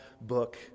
book